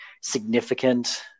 significant